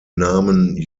namen